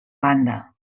banda